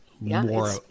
more